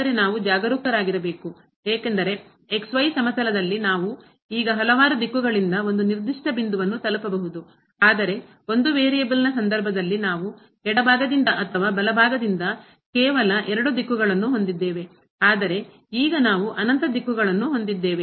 ಆದರೆ ನಾವು ಜಾಗರೂಕರಾಗಿರಬೇಕು ಏಕೆಂದರೆ ಸಮತಲದಲ್ಲಿ ನಾವು ಈಗ ಹಲವಾರು ದಿಕ್ಕುಗಳಿಂದ ಒಂದು ನಿರ್ದಿಷ್ಟ ಬಿಂದುವನ್ನು ತಲುಪಬಹುದು ಆದರೆ ಒಂದು ವೇರಿಯೇಬಲ್ನ ಸಂದರ್ಭದಲ್ಲಿ ನಾವು ಎಡಭಾಗದಿಂದ ಅಥವಾ ಬಲಭಾಗದಿಂದ ಕೇವಲ ಎರಡು ದಿಕ್ಕುಗಳನ್ನು ಹೊಂದಿದ್ದೇವೆ ಆದರೆ ಈಗ ನಾವು ಅನಂತ ದಿಕ್ಕುಗಳನ್ನು ಹೊಂದಿದ್ದೇವೆ